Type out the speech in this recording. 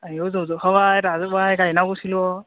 आंनियाबो रज' जोबखाबाय राजोब्बाय गायनांगौसैल'